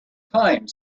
time